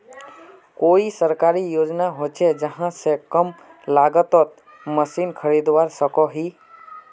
कोई सरकारी योजना होचे जहा से कम लागत तोत मशीन खरीदवार सकोहो ही?